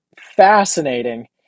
fascinating